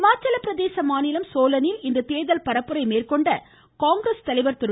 ஹிமாச்சல பிரதேச மாநிலம் சோலனில் இன்று தேர்தல் பரப்புரை மேற்கொண்ட காங்கிரஸ் கட்சி தலைவர் திரு